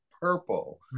purple